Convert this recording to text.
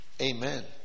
Amen